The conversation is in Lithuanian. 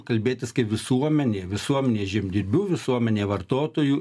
kalbėtis kaip visuomenė visuomenė žemdirbių visuomenė vartotojų